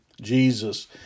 Jesus